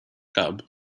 cub